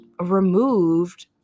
removed